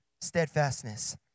steadfastness